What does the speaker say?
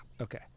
Okay